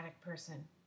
person